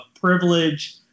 privilege